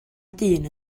dyn